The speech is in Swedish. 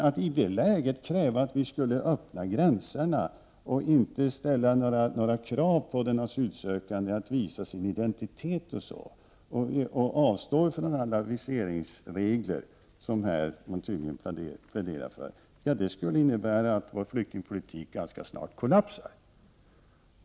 Att då kräva att vi skall öppna gränserna och inte ställa några krav på den asylsökande, att t.ex. kräva att den asylsökande skall visa sin identitet och avstå från alla viseringsregler — det pläderar man tydligen för —, skulle innebära att vår flyktingpolitik ganska snart kollapsade.